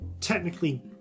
technically